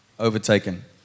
Overtaken